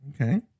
Okay